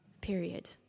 period